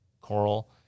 coral